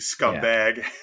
scumbag